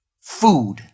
food